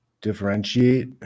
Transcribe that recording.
differentiate